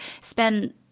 spend